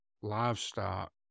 livestock